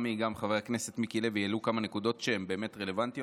גם היא וגם חבר הכנסת מיקי לוי העלו כמה נקודות שהן באמת רלוונטיות,